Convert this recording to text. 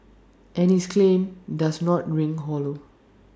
and his claim does not ring hollow